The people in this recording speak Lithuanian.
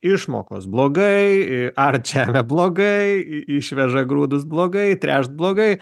išmokos blogai i ar čia neblogai i išveža grūdus blogai tręšt blogai